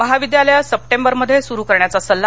महाविद्यालयं सप्टेबरमध्ये सुरू करण्याचा सल्ला